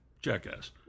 jackass